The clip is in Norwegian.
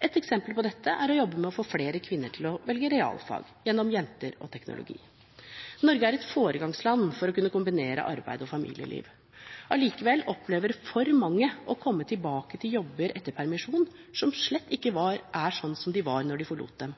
Et eksempel på dette er å jobbe med å få flere kvinner til å velge realfag gjennom Jenter og teknologi. Norge er et foregangsland når det gjelder å kunne kombinere arbeid og familieliv. Allikevel opplever for mange å komme tilbake til jobber, etter permisjon, som slett ikke er sånn som de var da de forlot dem,